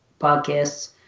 podcasts